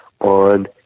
on